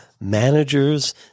managers